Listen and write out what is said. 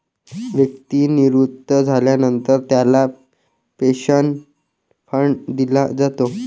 व्यक्ती निवृत्त झाल्यानंतर त्याला पेन्शन फंड दिला जातो